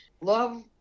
Love